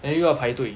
then 又要排队